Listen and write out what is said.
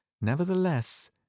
nevertheless